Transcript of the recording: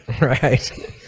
Right